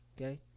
Okay